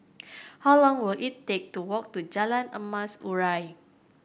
how long will it take to walk to Jalan Emas Urai